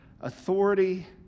Authority